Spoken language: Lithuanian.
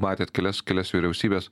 matėt kelias kelias vyriausybes